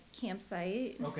campsite